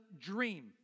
dream